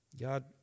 god